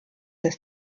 des